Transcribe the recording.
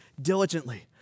diligently